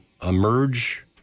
emerge